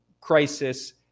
crisis